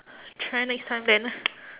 try next time then